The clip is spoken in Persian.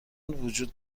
وجود